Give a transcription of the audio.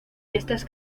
estas